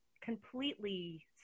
completely